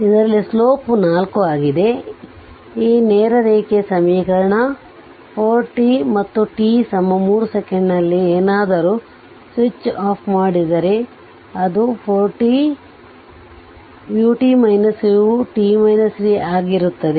ಇದರಲ್ಲಿ ಸ್ಲೋಪ್4 ಆದ್ದರಿಂದ ಇ ನೇರ ರೇಖೆಯ ಸಮೀಕರಣ 4t ಮತ್ತು t 3 ಸೆಕೆಂಡಿನಲ್ಲಿ ಏನನ್ನಾದರೂ ಸ್ವಿಚ್ ಆಫ್ ಮಾಡಿದರೆ ಅದು 4 t u u ಆಗಿರುತ್ತದೆ